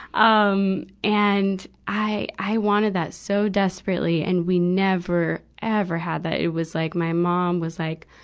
um and, i, i wanted that so desperately. and we never, ever had that. it was like, my mom was like,